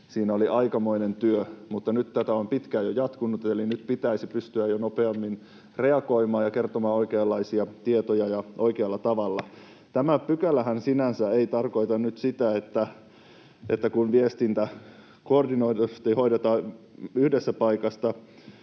siinä oli aikamoinen työ, mutta nyt tätä on pitkään jo jatkunut, eli nyt pitäisi pystyä jo nopeammin reagoimaan ja kertomaan oikeanlaisia tietoja ja oikealla tavalla. Tämä pykälähän sinänsä ei tarkoita nyt sitä, että kun viestintä koordinoidusti hoidetaan yhdestä paikasta,